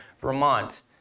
Vermont